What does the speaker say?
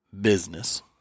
business